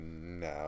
no